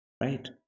Right